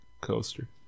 Coaster